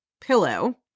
pillow